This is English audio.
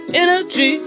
energy